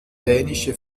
dänische